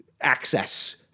access